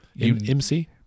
MC